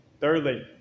Thirdly